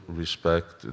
respect